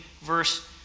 verse